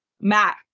Matt